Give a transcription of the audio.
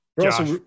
Josh